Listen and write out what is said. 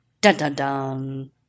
Dun-dun-dun